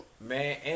man